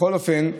בכל אופן,